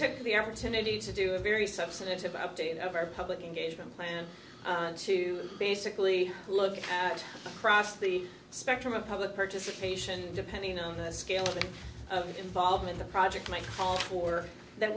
took the opportunity to do a very substantive update of our public engagement plan to basically look at the cross the spectrum of public participation depending on the scale of involvement the project might call for that